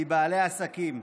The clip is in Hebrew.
מבעלי עסקים.